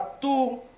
two